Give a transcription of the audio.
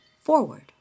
forward